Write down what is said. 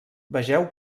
vegeu